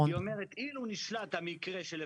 מתי זה קיבל אישור בוועדת השרים?